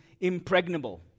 impregnable